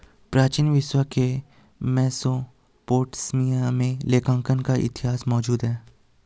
प्राचीन विश्व के मेसोपोटामिया में लेखांकन का इतिहास मौजूद है